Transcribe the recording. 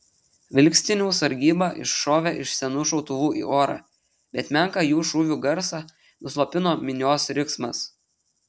vilkstinių sargyba iššovė iš senų šautuvų į orą bet menką jų šūvių garsą nuslopino minios riksmas